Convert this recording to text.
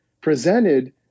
presented